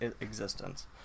existence